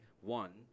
one